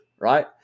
right